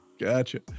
Gotcha